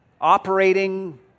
operating